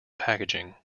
packaging